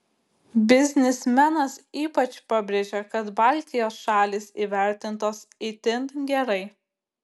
biznismenas ypač pabrėžia kad baltijos šalys įvertintos itin gerai